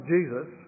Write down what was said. Jesus